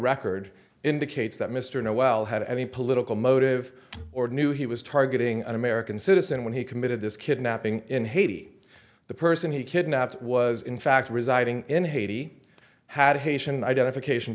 record indicates that mr know well had any political motive or knew he was targeting an american citizen when he committed this kidnapping in haiti the person he kidnapped was in fact residing in haiti had haitian identification